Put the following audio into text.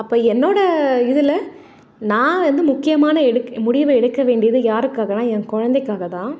அப்போ என்னோடய இதில் நான் வந்து முக்கியமான எடுக் முடிவு எடுக்க வேண்டியது யாருக்காகனால் என் குழந்தைக்காக தான்